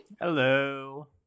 Hello